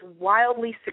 wildly